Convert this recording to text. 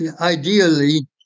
ideally